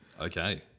Okay